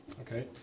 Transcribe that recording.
Okay